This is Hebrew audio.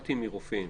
ושמעתי מרופאים